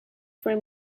for